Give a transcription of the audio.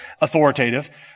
authoritative